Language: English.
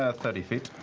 ah thirty feet,